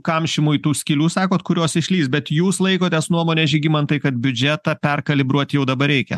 kamšymui tų skylių sakot kurios išlįs bet jūs laikotės nuomonės žygimantai kad biudžetą perkalibruot jau dabar reikia